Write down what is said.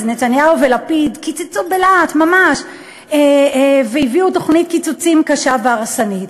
אז נתניהו ולפיד קיצצו בלהט ממש והביאו תוכנית קיצוצים קשה והרסנית.